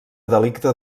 delicte